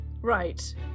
Right